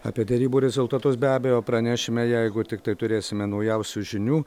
apie derybų rezultatus be abejo pranešime jeigu tiktai turėsime naujausių žinių